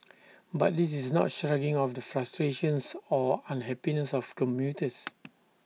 but this is not shrugging off the frustrations or unhappiness of commuters